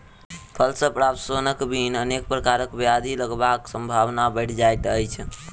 फल सॅ प्राप्त सोनक बिन अनेक प्रकारक ब्याधि लगबाक संभावना बढ़ि जाइत अछि